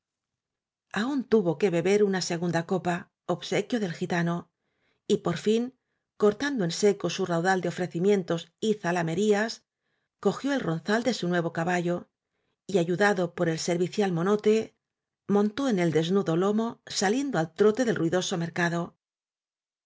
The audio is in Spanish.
aun tuvo que beber una segunda copa obsequio del gitano y por fin cortando en seco su raudal de ofrecimientos y zalamerías cogió el ronzal de su nuevo caballo y ayuda do por el servicial monote montó en el des nudo lomo saliendo al trote del ruidoso